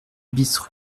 bis